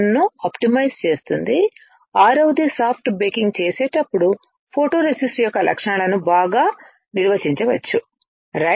ను ఆప్టిమైజ్ చేస్తుంది ఆరవది సాఫ్ట్ బేకింగ్ చేసేటప్పుడు ఫోటోరేసిస్ట్ యొక్క లక్షణాలను బాగా నిర్వచించవచ్చు రైట్